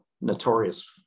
notorious